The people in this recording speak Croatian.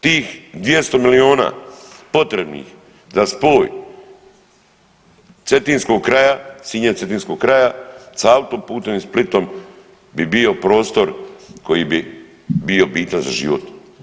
Tih 200 milijuna potrebnih za spoj cetinskog kraja, Sinja, cetinskog kraja, s autoputem i Splitom bi bio prostor koji bi bio bitan za život.